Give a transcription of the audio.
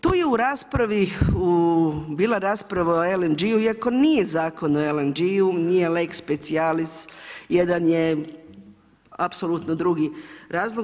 Tu je u raspravi bila rasprava o LNG iako nije zakon o LNG-u, nije Lex specialis, jedan je apsolutni drugi razlog.